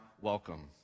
welcome